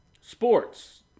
sports